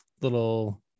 little